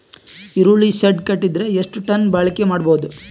ಈರುಳ್ಳಿ ಶೆಡ್ ಕಟ್ಟಿದರ ಎಷ್ಟು ಟನ್ ಬಾಳಿಕೆ ಮಾಡಬಹುದು?